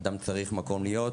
אדם צריך מקום להיות.